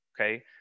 Okay